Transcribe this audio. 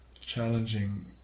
challenging